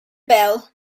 bell